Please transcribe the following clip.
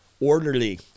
orderly